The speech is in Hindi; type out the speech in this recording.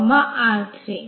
तो इस तरह यह जाएगा